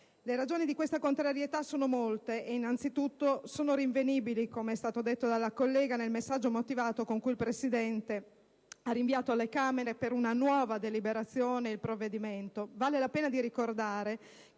Le ragioni di questa contrarietà sono molte e, innanzitutto, sono rinvenibili, come è stato detto dalla collega, nel messaggio motivato con cui il Presidente della Repubblica ha rinviato alle Camere per una nuova deliberazione il provvedimento. Vale la pena ricordare